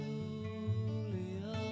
Julia